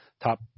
top